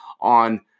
on